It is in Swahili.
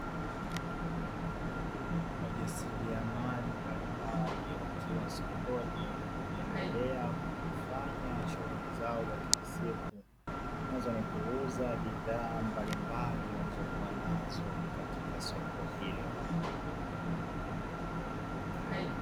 Wajasiriamali mbalimbali wakiwa sokoni wakiendelea kufanya shughuli zao za kila siku, nazo ni kuuza bidhaa mbalimbali walizokuwa nazo katika soko hilo.